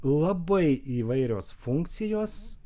labai įvairios funkcijos